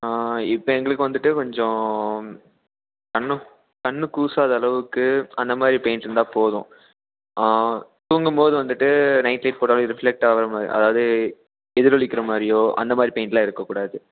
இப்போ எங்களுக்கு வந்துவிட்டு கொஞ்சம் கண்ணும் கண் கூசாத அளவுக்கு அந்த மாதிரி பெயிண்ட் இருந்தால் போதும் தூங்கும் போது வந்துவிட்டு நைட் லைட் போட்டாலே ரிஃப்ளெக்ட் ஆகிற மாதிரி அதாவது எதிரொளிக்கிற மாதிரியோ அந்த மாதிரி பெயிண்ட்டுலாம் இருக்கக்கூடாது